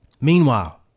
Meanwhile